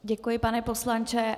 Děkuji, pane poslanče.